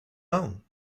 own